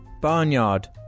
Barnyard